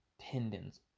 tendons